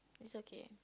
it's okay